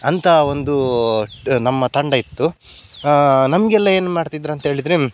ಅಂಥ ಒಂದು ನಮ್ಮ ತಂಡ ಇತ್ತು ನಮಗೆಲ್ಲ ಏನು ಮಾಡ್ತಿದ್ರು ಅಂತ ಹೇಳಿದ್ರೆ